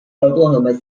oklahoma